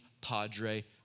Padre